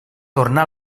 tornà